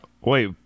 wait